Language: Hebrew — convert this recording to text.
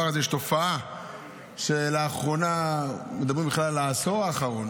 קצר מאוד ופשוט,